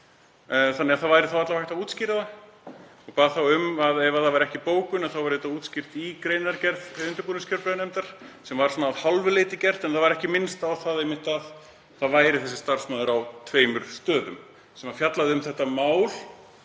seinna, það væri þá alla vega hægt að útskýra það og ég bað þá um að ef það væri ekki bókun þá væri það útskýrt í greinargerð undirbúningsnefndar kjörbréfa, sem var svona að hálfu leyti gert en það var ekki minnst á að það væri þessi starfsmaður á tveimur stöðum sem fjallaði um þetta mál,